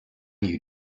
you